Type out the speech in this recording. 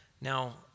Now